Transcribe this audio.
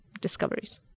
discoveries